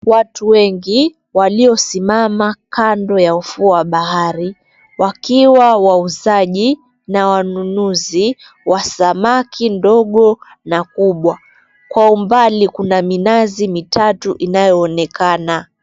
Watu wengi waliosimama kando ya ufuo wa bahari wakiwa wauzaji na wanunuzi wa samaki ndogo na kubwa. Kwa umbali kuna minazi mitatu inayoonekana.